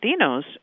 Latinos